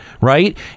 right